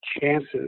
chances